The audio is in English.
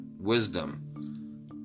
wisdom